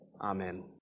amen